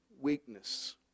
weakness